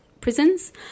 prisons